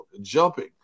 jumping